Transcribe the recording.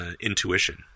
intuition